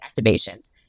activations